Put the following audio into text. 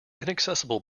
inaccessible